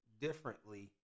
differently